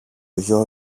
γιο